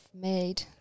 made